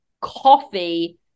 coffee